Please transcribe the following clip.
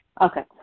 Okay